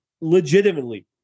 legitimately